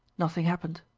nothing happened.